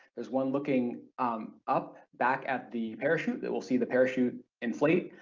there's one looking up back at the parachute that we'll see the parachute inflate,